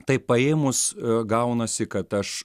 taip paėmus gaunasi kad aš